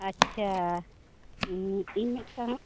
ᱟᱪᱪᱷᱟ ᱤᱧ ᱢᱤᱫᱴᱟᱝ